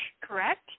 correct